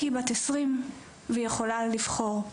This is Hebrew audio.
כי היא בת עשרים והיא יכולה לבחור.